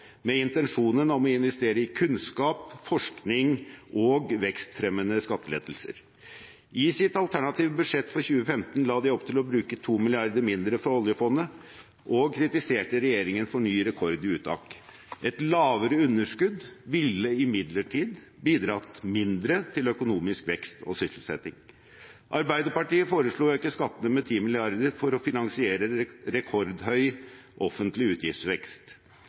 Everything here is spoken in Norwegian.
med intensjonen om å investere i kunnskap, forskning og vekstfremmende skattelettelser. I sitt alternative budsjett for 2015 la de opp til å bruke 2 mrd. kr mindre fra oljefondet og kritiserte regjeringen for ny rekord i uttak. Et lavere underskudd ville imidlertid bidratt mindre til økonomisk vekst og sysselsetting. Arbeiderpartiet foreslo å øke skattene med 10 mrd. kr for å finansiere rekordhøy offentlig utgiftsvekst.